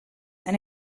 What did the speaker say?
and